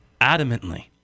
adamantly